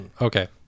okay